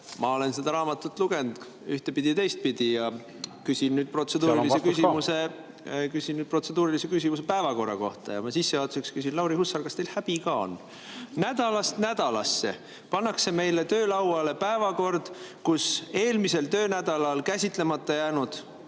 Ma olen seda raamatut lugenud ühtepidi ja teistpidi … Seal on vastus ka. … ja küsin nüüd protseduurilise küsimuse päevakorra kohta. Ma sissejuhatuseks küsin: Lauri Hussar, kas teil häbi ka on? Nädalast nädalasse pannakse meile lauale päevakord, kus eelmisel töönädalal käsitlemata jäänud